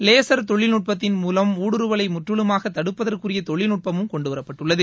laser தொழில்நுட்பத்தின் மூலம் ஊடுருவலை முற்றிலுமாக தடுப்பதற்குரிய தொழில்நுட்பமும் கொண்டுவரப்பட்டுள்ளது